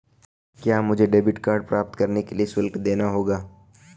क्या मुझे debit card प्राप्त करने के लिए शुल्क देना होगा?